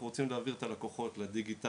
אנחנו רוצים להעביר את הלקוחות לדיגיטל,